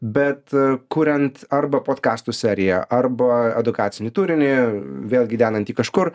bet kuriant arba podkastų seriją arba edukacinį turinį vėlgi dedant jį kažkur